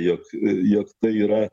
jog jog tai yra